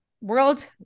World